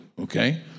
okay